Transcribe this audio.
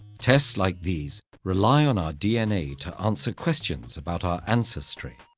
tests like these rely on our dna to answer questions about our ancestry,